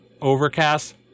Overcast